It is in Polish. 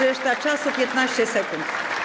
Reszta czasu: 15 sekund.